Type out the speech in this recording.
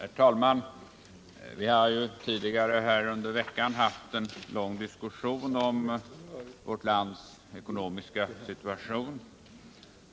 Herr talman! Vi har ju tidigare under veckan haft en lång diskussion om vårt lands ekonomiska situation.